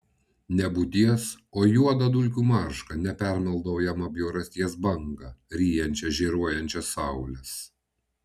nebūties o juodą dulkių maršką nepermaldaujamą bjaurasties bangą ryjančią žėruojančias saules